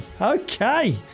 okay